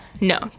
no